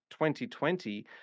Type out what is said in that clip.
2020